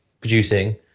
producing